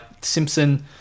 Simpson